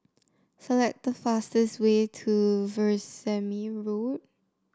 select the fastest way to Veerasamy Road